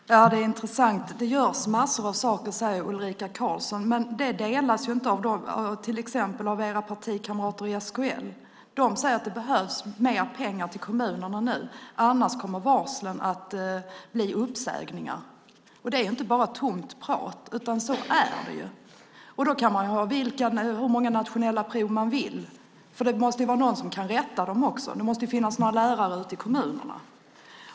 Fru talman! Det här är intressant. Det görs massor av saker, säger Ulrika Carlsson. Men den synen delas inte av till exempel era partikamrater i SKL. De säger att det behövs mer pengar till kommunerna nu. Annars kommer varslen att bli uppsägningar. Och det är inte bara tomt prat, utan så är det. Då kan man ha hur många nationella prov man vill, men det måste ju vara någon som kan rätta dem också. Det måste finnas några lärare ute i kommunerna.